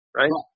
right